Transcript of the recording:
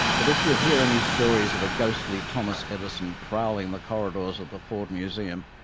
but if you hear any stories of a ghostly thomas edison prowling the corridors of the ford museum,